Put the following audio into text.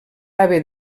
haver